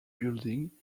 building